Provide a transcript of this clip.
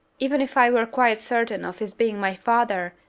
even if i were quite certain of his being my father,